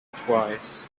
twice